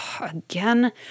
again